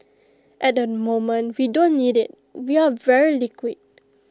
at the moment we don't need IT we are very liquid